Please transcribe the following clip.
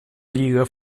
lliga